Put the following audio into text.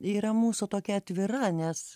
yra mūsų tokia atvira nes